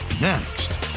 next